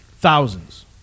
thousands